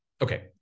okay